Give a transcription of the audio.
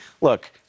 look